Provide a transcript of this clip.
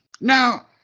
Now